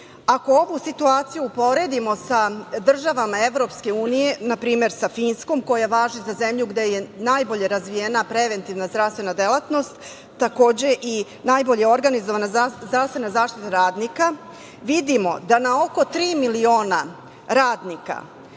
Ako ovu situaciju poredimo sa državama EU, na primer sa Finskom, koja važi za zemlju gde je najbolje razvijena preventivna zdravstvena delatnost takođe i najbolji organizovana zdravstvena zaštita radnika, vidimo da na oko tri miliona radnika